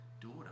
daughter